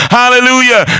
hallelujah